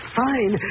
fine